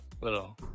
little